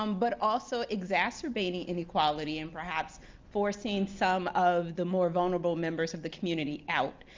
um but also exacerbating inequality and perhaps forcing some of the more vulnerable members of the community out,